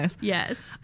Yes